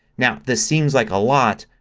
now this seems like a lot.